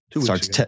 Starts